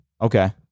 Okay